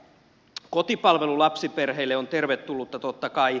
kotipalvelu lapsiperheille on tervetullutta totta kai